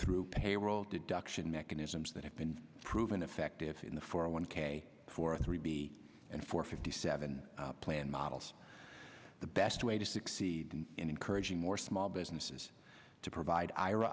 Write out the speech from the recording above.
through payroll deduction mechanisms that have been proven effective in the four one k four three b and four fifty seven plan models the best way to succeed in encouraging more small businesses to provide ira